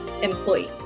Employee